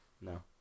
No